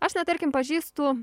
aš net tarkim pažįstu